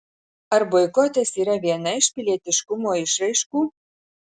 ar boikotas yra viena iš pilietiškumo išraiškų